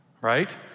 right